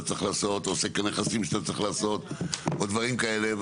צריך לעשות או עוסק הנכסים שאתה צריך לעשות או דברים כאלה,